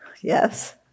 Yes